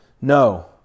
No